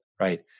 right